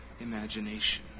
imagination